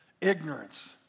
ignorance